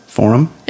Forum